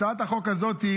הצעת החוק הזאת,